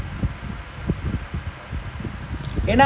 I mean like இப்போ:ippo anyway time இருக்குல:irrukkula